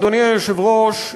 אדוני היושב-ראש,